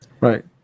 right